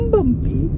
Bumpy